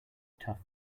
tough